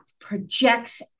projects